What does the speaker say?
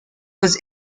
was